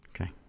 Okay